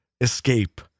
escape